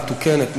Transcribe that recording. מתוקנת,